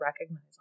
recognize